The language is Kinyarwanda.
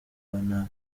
nta